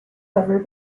over